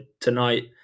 tonight